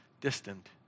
distant